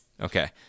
Okay